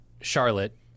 Charlotte